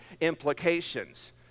implications